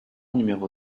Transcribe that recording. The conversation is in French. numéro